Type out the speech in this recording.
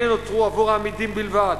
אלה נותרו עבור האמידים בלבד.